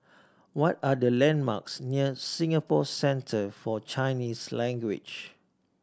what are the landmarks near Singapore Centre For Chinese Language